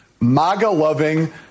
MAGA-loving